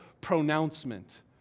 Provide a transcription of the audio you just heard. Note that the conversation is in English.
pronouncement